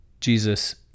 Jesus